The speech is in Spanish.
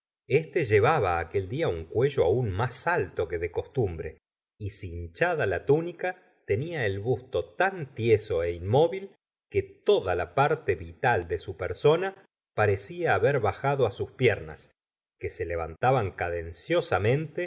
este llevaba aquel día un cuello gustavo flaubert aun más alto que de costumbre y cinchada la tónica tenía el busto tan tieso é inmóvil que toda la parte vital de su persona parecía haber bajado it sus piernas que se levantaban